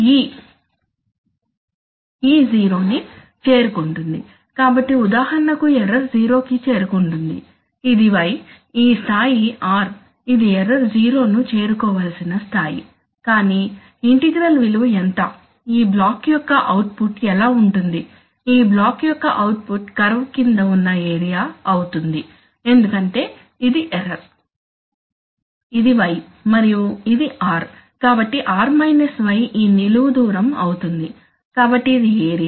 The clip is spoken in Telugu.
e జీరో ని చేరుకుంటుంటుంది కాబట్టి ఉదాహరణకు ఎర్రర్ జీరో కి చేరుకుంటుంది ఇది y ఈ స్థాయి r ఇది ఎర్రర్ జీరో ను చేరుకోవలిసిన స్థాయి కానీ ఇంటిగ్రల్ విలువ ఎంత ఈ బ్లాక్ యొక్క అవుట్ పుట్ ఎలా ఉంటుంది ఈ బ్లాక్ యొక్క అవుట్ పుట్ కర్వ్ క్రింద ఉన్న ఏరియా అవుతుంది ఎందుకంటే ఇది ఎర్రర్ ఇది y మరియు ఇది r కాబట్టి r y ఈ నిలువు దూరం అవుతుంది కాబట్టి ఇది ఏరియా